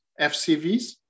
FCVs